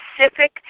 specific